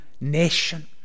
nation